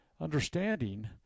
understanding